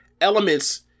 elements